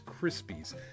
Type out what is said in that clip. Krispies